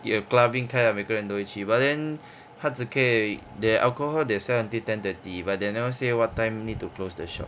有 clubbing 开 hor 每个人都会去 but then 他只可以 their alcohol they sell until ten thirty but they never say what time need to close the shop